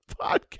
podcast